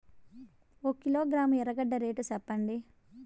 ఒక కిలోగ్రాము ఎర్రగడ్డ రేటు సెప్పండి?